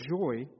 joy